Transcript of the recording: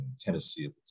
tennessee